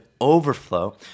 overflow